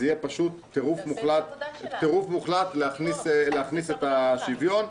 זה יהיה טירוף מוחלט להכניס את השוויון.